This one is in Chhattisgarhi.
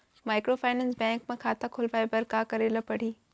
माइक्रोफाइनेंस बैंक म खाता खोलवाय बर का करे ल परही?